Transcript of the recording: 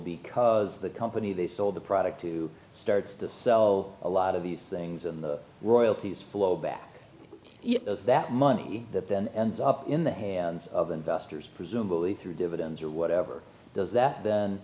because the company they sold the product to starts to so a lot of these things and the royalties flow back those that money that then ends up in the hands of investors presumably through dividends or whatever those that